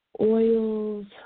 oils